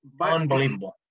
Unbelievable